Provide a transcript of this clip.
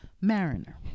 Mariner